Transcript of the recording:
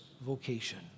vocation